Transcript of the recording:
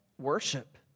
worship